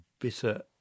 bitter